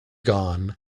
gone